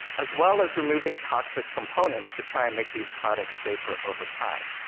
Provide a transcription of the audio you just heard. as well as removing toxic components to try and make these products safer over time.